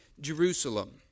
Jerusalem